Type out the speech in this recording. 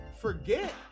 Forget